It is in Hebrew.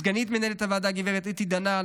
סגנית מנהלת הוועדה גב' אתי דנן,